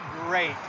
great